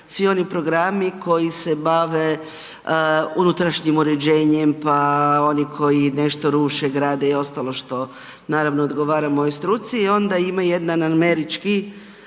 svi oni programi koji se bave unutrašnjim uređenjem pa oni koji nešto ruše, grade i ostalo što naravno, odgovara mojoj struci i onda ima jedan američki